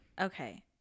okay